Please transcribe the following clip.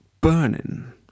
Burning